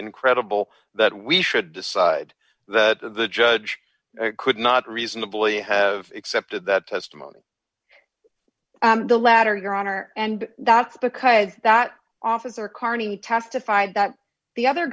incredible that we should decide that the judge could not reasonably have accepted that testimony the latter your honor and that's because that officer carney testified that the other